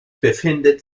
befindet